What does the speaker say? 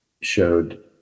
showed